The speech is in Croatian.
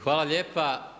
Hvala lijepa.